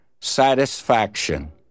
satisfaction